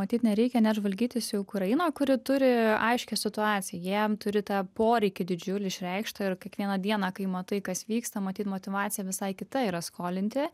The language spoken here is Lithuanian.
matyt nereikia net žvalgytis į ukrainą kuri turi aiškią situaciją jiem turi tą poreikį didžiulį išreikštą ir kiekvieną dieną kai matai kas vyksta matyt motyvacija visai kita yra skolinti